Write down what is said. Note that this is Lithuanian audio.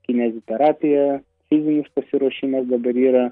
kineziterapiją fizinis pasiruošimas dabar yra